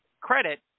credit